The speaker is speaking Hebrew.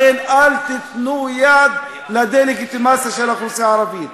לכן אל תיתנו יד לדה-לגיטימציה של האוכלוסייה הערבית.